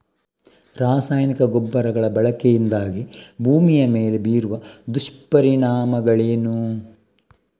ರಾಸಾಯನಿಕ ಗೊಬ್ಬರಗಳ ಬಳಕೆಯಿಂದಾಗಿ ಭೂಮಿಯ ಮೇಲೆ ಬೀರುವ ದುಷ್ಪರಿಣಾಮಗಳೇನು?